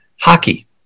hockey